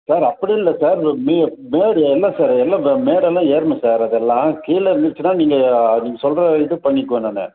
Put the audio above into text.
sir அப்படி இல்லை sir மே மேடு இல்லை சார் எல்லாம் மேடெல்லாம் ஏறணும் சார் அதெல்லாம் கீழே இருந்துச்சுன்னா நீங்கள் நீங்கள் சொல்கிற இது பண்ணிக்குவேன் நான்